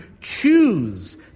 choose